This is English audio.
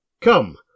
Come